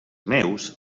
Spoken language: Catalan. meus